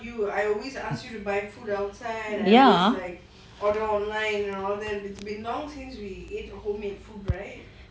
ya